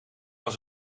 was